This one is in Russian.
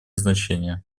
значение